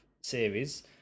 series